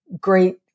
great